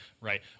right